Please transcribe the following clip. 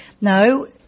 no